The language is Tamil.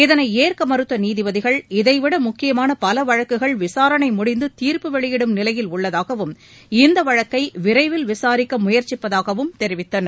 இதனை ஏற்க மறுத்த நீதிபதிகள் இதைவிட முக்கியமான பல வழக்குகள் விசாரணை முடிந்து தீர்ப்பு வெளியிடும் நிலையில் உள்ளதாகவும் இந்த வழக்கை விரைவில் விசாரிக்க முயற்சிப்பதாகவும் தெரிவித்தனர்